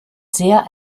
sehr